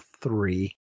three